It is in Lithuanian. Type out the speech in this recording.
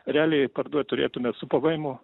realiai parduot turėtume su pvemu